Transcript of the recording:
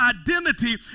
identity